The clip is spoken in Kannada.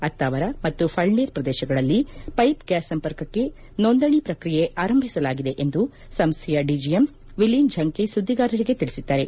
ಅತ್ತಾವರ ಮತ್ತು ಫಳ್ನೀರ್ ಪ್ರದೇಶಗಳಲ್ಲಿ ಪೈಪ್ ಗ್ಯಾಸ್ ಸಂಪರ್ಕಕ್ಕೆ ನೋಂದಣಿ ಪ್ರಕ್ರಿಯೆ ಆರಂಭಿಸಲಾಗಿದೆ ಎಂದು ಸಂಸ್ಥೆಯ ಡಿಜಿಎಂ ಎಲೀನ್ ಝಂಕೆ ಸುದ್ಧಿಗಾರರಿಗೆ ತಿಳಿಸಿದ್ದಾರೆ